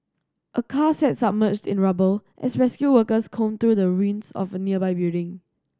a car sat submerged in rubble as rescue workers combed through the ruins of a nearby building